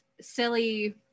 silly